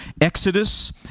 Exodus